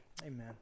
Amen